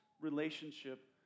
relationship